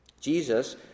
Jesus